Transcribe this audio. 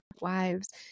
wives